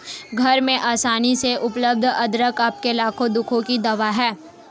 घर में आसानी से उपलब्ध अदरक आपके लाखों दुखों की दवा है